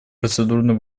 процедурный